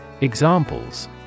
Examples